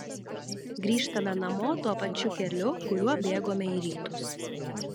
grįžtame namo tuo pačiu keliu kuriuo bėgome į rytus